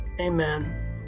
amen